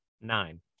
Nine